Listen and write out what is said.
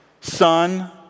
son